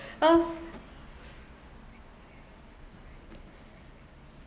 uh